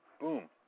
boom